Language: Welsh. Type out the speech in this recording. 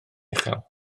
uchel